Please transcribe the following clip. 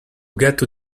get